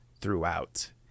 throughout